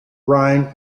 rhine